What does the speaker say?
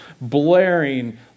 blaring